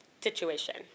situation